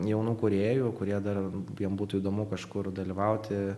jaunų kūrėjų kurie dar jiem būtų įdomu kažkur dalyvauti